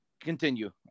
continue